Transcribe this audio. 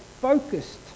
focused